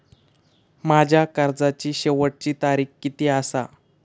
माझ्या कर्जाची शेवटची तारीख किती आसा?